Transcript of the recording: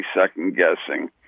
second-guessing